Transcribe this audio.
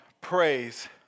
praise